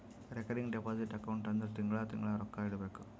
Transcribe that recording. recurring deposit account ಅಂದುರ್ ತಿಂಗಳಾ ತಿಂಗಳಾ ರೊಕ್ಕಾ ಇಡಬೇಕು